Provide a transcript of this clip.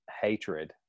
hatred